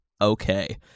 okay